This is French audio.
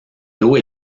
l’eau